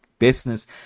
business